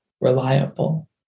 reliable